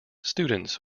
students